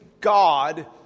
God